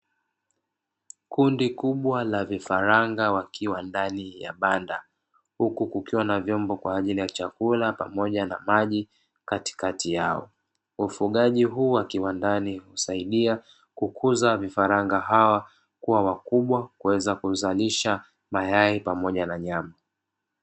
Kundi kubwa la vifaranga wakiwa ndani ya banda huku kukiwa na vyombo kwa ajili ya chakula pamoja na maji katikati yao ufugaji, huu wa kiwandani husaidia kukuza vifaranga hawa kuwa wakubwa kuweza kuzalisha mayai pamoja na nyama.